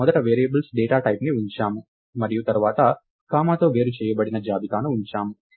మనము మొదట variables data type ని ఉంచాము మరియు తరువాత కామాతో వేరు చేయబడిన జాబితాను ఉంచాము